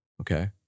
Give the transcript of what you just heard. okay